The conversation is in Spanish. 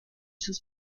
sus